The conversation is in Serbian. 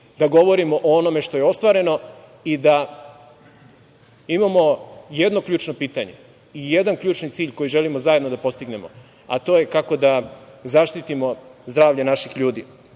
da govorimo o onome što je ostvareno i da imamo jedno ključno pitanje i jedan ključni cilj koji želimo zajedno da postignemo, a to je – kako da zaštitimo zdravlje naših ljudi.